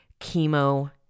chemo